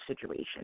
situation